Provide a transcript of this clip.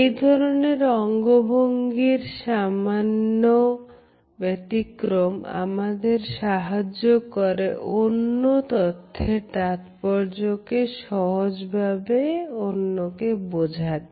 এই ধরনের অঙ্গভঙ্গির সামান্য ব্যতিক্রম আমাদের সাহায্য করে কোন তথ্যের তাৎপর্য সহজভাবে অন্যকে বুঝাতে